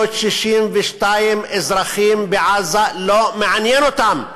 ו-1,462 אזרחים בעזה, לא מעניין אותם.